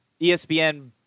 ESPN